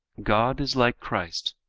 god is like christ.